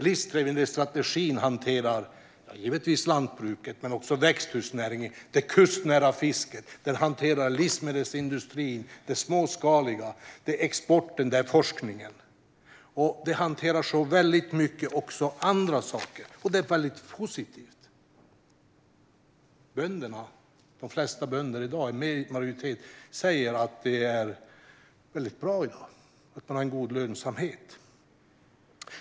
Livsmedelsstrategin hanterar givetvis lantbruket men också växthusnäringen, det kustnära fisket, livsmedelsindustrin, det småskaliga, exporten och forskningen. Den hanterar också så många andra saker, och det är mycket positivt. De flesta bönder - en majoritet - säger att det är mycket bra i dag och att de har en god lönsamhet.